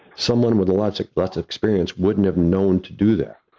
someone with a lot so less experience wouldn't have known to do that.